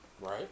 Right